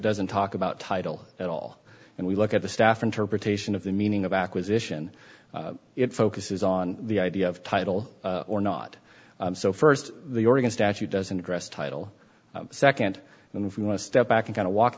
doesn't talk about title at all and we look at the staff interpretation of the meaning of acquisition it focuses on the idea of title or not so st the oregon statute doesn't address title nd and if you want to step back and kind of walk